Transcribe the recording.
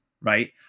right